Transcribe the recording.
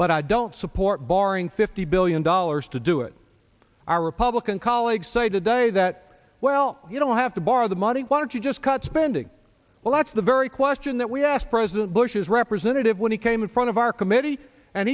but i don't support barring fifty billion dollars to do it our republican colleagues say today that well you don't have to borrow the money why don't you just cut spending well that's the very question that we asked president bush's representative when he came in front of our committee and